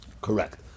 Correct